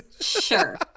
Sure